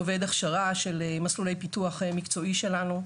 עובר הכשרה של מסלולי פיתוח מקצועי שלנו,